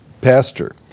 pastor